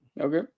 Okay